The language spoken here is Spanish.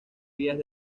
vías